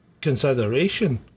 consideration